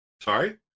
Sorry